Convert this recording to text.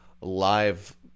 live